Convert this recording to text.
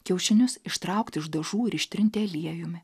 kiaušinius ištraukti iš dažų ir ištrinti aliejumi